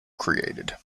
created